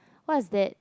what is that